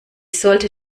sollte